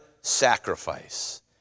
Sacrifice